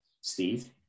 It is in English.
Steve